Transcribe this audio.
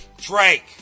Drake